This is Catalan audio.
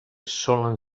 solen